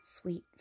Sweet